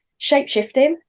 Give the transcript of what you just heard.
Shapeshifting